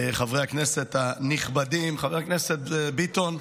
חברי הכנסת הנכבדים, חבר הכנסת ביטון,